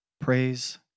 Praise